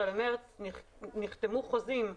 גם אחרי 12 במרץ נחתמו חוזים,